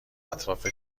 اطراف